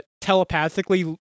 telepathically